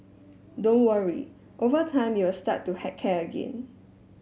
don't worry over time you'll start to heck care again